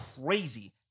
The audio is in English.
crazy